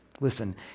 Listen